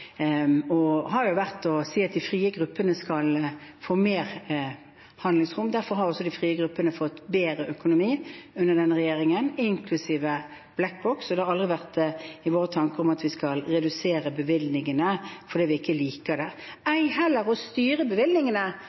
å si at de frie gruppene skal få mer handlingsrom. Derfor har også de frie gruppene fått bedre økonomi under denne regjeringen, inklusive Black Box. Det har aldri vært i våre tanker at vi skal redusere bevilgningene fordi vi ikke liker det, ei heller å styre bevilgningene